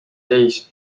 täis